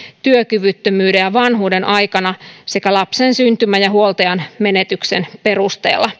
työkyvyttömyyden ja vanhuuden aikana sekä lapsen syntymän ja huoltajan menetyksen perusteella